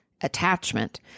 attachment